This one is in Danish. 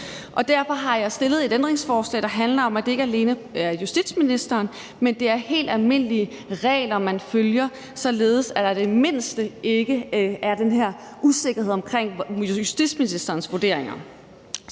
Derfor har jeg stillet et ændringsforslag, der handler om, at det ikke alene skal være justitsministeren, som har det, men at det er de helt almindelige regler, man følger, således at der i det mindste ikke er den her usikkerhed omkring justitsministerens vurderinger.